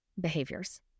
behaviors